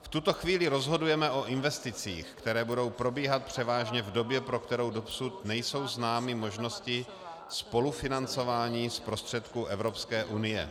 V tuto chvíli rozhodujeme o investicích, které budou probíhat převážně v době, pro kterou dosud nejsou známy možnosti spolufinancování z prostředků Evropské unie.